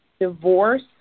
divorce